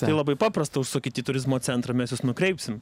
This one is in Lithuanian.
tai labai paprasta užsukit į turizmo centrą mes jus nukreipsim